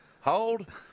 hold